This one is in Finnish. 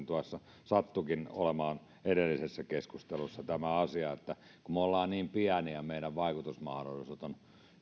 tuossa sattuikin olemaan edellisessä keskustelussa tämä asia että kun me olemme niin pieniä meidän vaikutusmahdollisuudet ovat